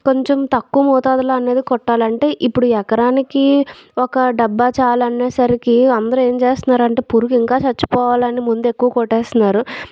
కొంచెం తక్కువ మోతాదులో అనేది కొట్టాలంటే ఇప్పుడు ఎకరానికి ఒక డబ్బా చాలనేసరికి అందరూ ఏం చేస్తున్నారంటే పురుగు ఇంకా చచ్చిపోవాలని మందు ఎక్కువ కొట్టేస్తున్నారు